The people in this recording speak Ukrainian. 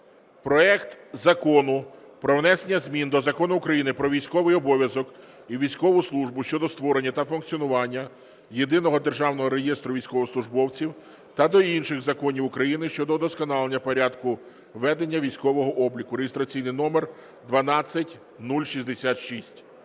проект Закону про внесення змін до Закону України "Про військовий обов’язок і військову службу" щодо створення та функціонування Єдиного державного реєстру військовослужбовців та до інших законів України щодо удосконалення порядку ведення військового обліку (реєстраційний номер 12066).